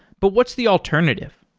but what's the alternative?